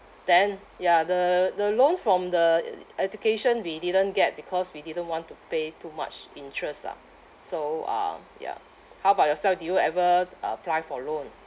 then ya the the loan from the education we didn't get because we didn't want to pay too much interest lah so uh yup how about yourself did you ever uh apply for loan